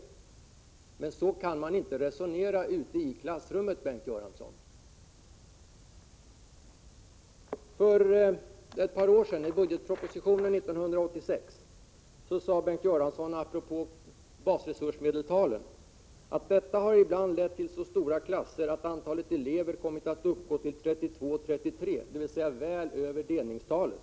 Så kan man emellertid inte resonera i klassrummen, Bengt Göransson. För ett par år sedan, i budgetpropositionen 1986, sade Bengt Göransson apropå basresursmedeltalet att detta ibland har lett till så stora klasser att antalet elever kommit att uppgå till 32-33, dvs. väl över delningstalet.